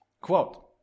Quote